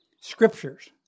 scriptures